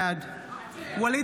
בעד ואליד